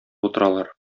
утыралар